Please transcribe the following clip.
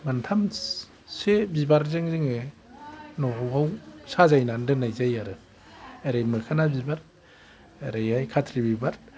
मोनथाम सो बिबारजों जोङो न'आव साजायनानै दोननाय जायो आरो ओरै मोखोना बिबार ओरैहाय खाथ्रि बिबार